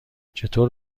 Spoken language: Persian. چطور